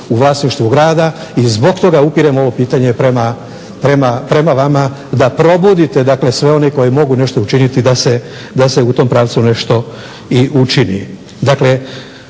u vlasništvu grada. I zbog toga upirem ovo pitanje prema vama da probudite dakle sve one koji mogu nešto učiniti da se u tom pravcu nešto i učini.